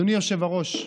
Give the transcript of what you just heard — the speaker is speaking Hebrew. אדוני היושב-ראש,